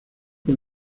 con